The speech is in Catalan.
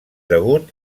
degut